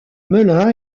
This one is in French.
melun